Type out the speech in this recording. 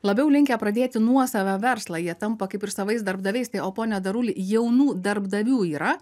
labiau linkę pradėti nuosavą verslą jie tampa kaip ir savais darbdaviais o pone daruli jaunų darbdavių yra